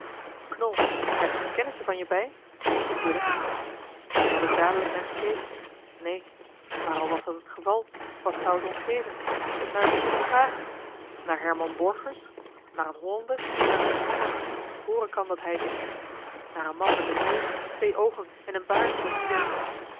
knol zijn er geene kennissen van je bij vroeg willem daar heb ik dadelijk naar gekeken neen maar al was dat het geval wat zou het ons geven naar wien moet ik vragen naar herman borgers naar een hollander aan wien niemand zien of hooren kan dat hij het is naar een man met een neus twee oogen en een baard zooals iedereen